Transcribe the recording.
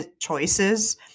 choices